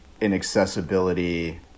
inaccessibility